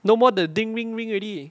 no more the ding ring ring already